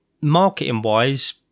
marketing-wise